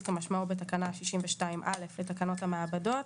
כמשמעו בתקנה 62(א) לתקנות המעבדות,